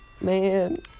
Man